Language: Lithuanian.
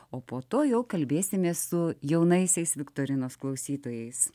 o po to jau kalbėsimės su jaunaisiais viktorinos klausytojais